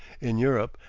in europe,